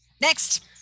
next